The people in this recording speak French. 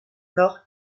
nord